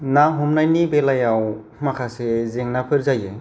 ना हमनायनि बेलायाव माखासे जेंनाफोर जायो